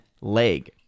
leg